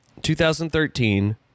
2013